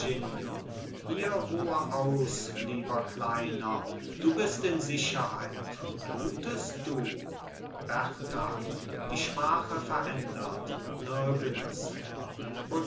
hier ruhe aus lieber kleiner du bist in sicherheit blutest du berta die sprache verändert nirgends